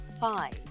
five